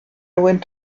went